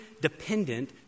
dependent